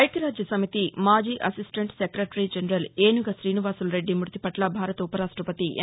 ఐక్యరాజ్యసమితి మాజీ assistant secretary general ఏనుగ శీనివాసులురెడ్డి మ్బతిపట్ల భారత ఉ పరాష్ణపతి ఎం